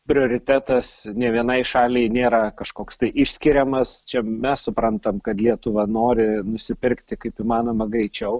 prioritetas ne vienai šaliai nėra kažkoks išskiriamas čia mes suprantam kad lietuva nori nusipirkti kaip įmanoma greičiau